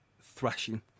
Thrashing